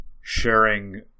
sharing